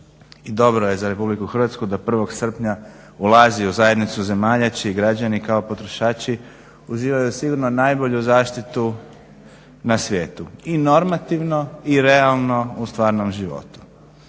dobro je za RH da 1. srpnja ulazi u zajednicu zemalja čiji građani kao potrošači uživaju sigurno najbolju zaštitu na svijetu i normativno i realno u stvarnom životu.